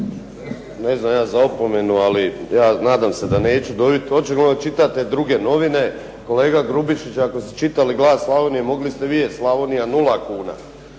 Ne znam ja za opomenu, ja se nadam da neću dobiti, očigledno čitate neke druge novine kolega Grubišić. Ako ste čitali „Glas Slavonije“ mogli ste vidjeti Slavonija 0 kuna,